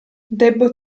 debbo